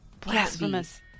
Blasphemous